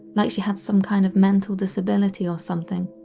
like she had some kind of mental disability or something.